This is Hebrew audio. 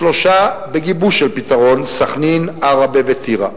שלושה בגיבוש של פתרון, סח'נין, עראבה וטירה.